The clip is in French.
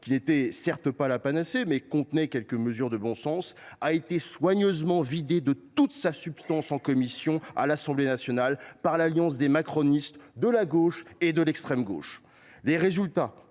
qui n’était certes pas la panacée, mais qui comportait quelques mesures de bon sens, a été soigneusement vidé de toute substance en commission à l’Assemblée nationale à cause de l’alliance des macronistes, de la gauche et de l’extrême gauche.